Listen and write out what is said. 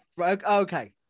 Okay